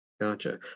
Gotcha